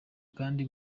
kandi